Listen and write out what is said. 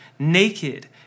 naked